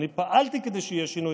אני פעלתי כדי שיהיה שינוי,